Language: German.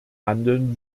handeln